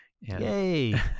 Yay